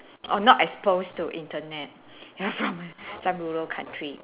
or not exposed to Internet they are from some rural country